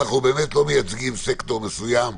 אנחנו חייבים להסתכל על ההליך הזה שנועד לסייע לעסקים הקטנים.